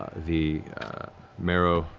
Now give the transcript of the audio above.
ah the marrowglade